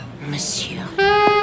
monsieur